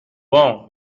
bon